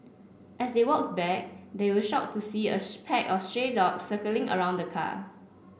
as they walked back they were shocked to see a pack of stray dog circling around the car